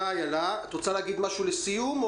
את רוצה להגיד משהו לסיום?